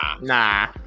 Nah